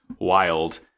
wild